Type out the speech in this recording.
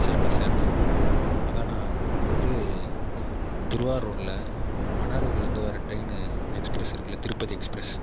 செரிணா செரிணா அதான்ணா இது திருவாரூரில் மன்னார்குடிலிருந்து வர ட்ரெயின் எக்ஸ்ப்ரெஸ் இருக்குல்ல திருப்பதி எக்ஸ்ப்ரெஸ்